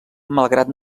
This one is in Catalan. malgrat